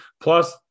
Plus